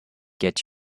get